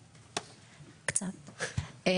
בחוק.